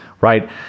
right